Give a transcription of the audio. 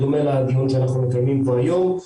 בדומה לדיון שאנחנו מקיימים פה היום.